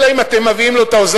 אלא אם כן אתם מביאים לו את העוזר